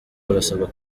barasabwa